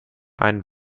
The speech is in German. einen